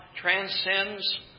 transcends